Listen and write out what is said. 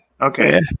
Okay